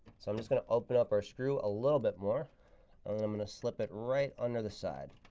so i'm just going to open up our screw a little bit more. and i'm going to slip it right under the side.